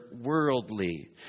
worldly